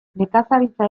nekazaritza